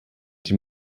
die